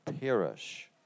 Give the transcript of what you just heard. perish